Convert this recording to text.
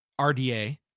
RDA